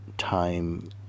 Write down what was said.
Time